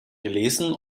gelesen